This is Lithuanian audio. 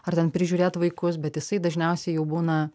ar ten prižiūrėt vaikus bet jisai dažniausiai jau būna